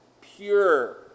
pure